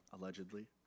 allegedly